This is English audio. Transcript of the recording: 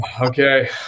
okay